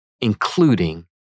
including